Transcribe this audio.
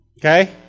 Okay